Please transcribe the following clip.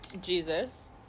Jesus